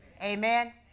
Amen